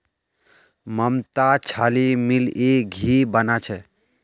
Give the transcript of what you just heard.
ममता छाली मिलइ घी बना छ